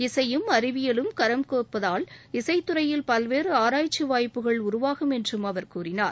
இசையும் அறிவியலும் கரம் கோட்பதால் இசைத்துறையில் பல்வேறு ஆராய்ச்சி வாய்ப்புகள் உருவாகும் என்று அவர் கூறினார்